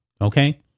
Okay